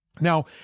Now